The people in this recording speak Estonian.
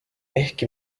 ehkki